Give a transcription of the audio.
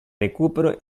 recupero